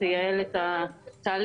תייעל את התהליך,